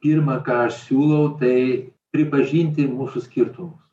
pirma ką aš siūlau tai pripažinti mūsų skirtumus